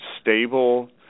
stable